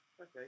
Okay